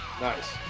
Nice